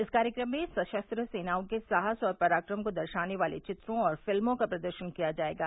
इस कार्यक्रम में सशस्त्र सेनाओं के साहस और पराक्रम को दर्शाने वाले चित्रों और फिल्मों का प्रदर्शन किया जाएगा